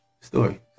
story